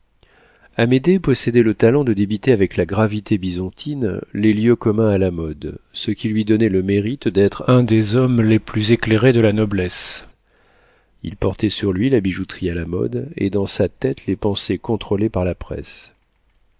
amédée possédait le talent de débiter avec la gravité bisontine les lieux communs à la mode ce qui lui donnait le mérite d'être un des hommes les plus éclairés de la noblesse il portait sur lui la bijouterie à la mode et dans sa tête les pensées contrôlées par la presse